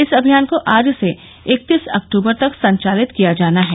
इस अभियान को आज से इकतीस अक्टूबर तक संचालित किया जाना है